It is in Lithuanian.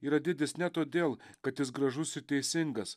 yra didis ne todėl kad jis gražus ir teisingas